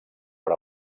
per